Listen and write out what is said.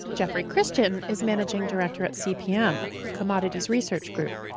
jeffery christian is managing director at cpm a commodities research group.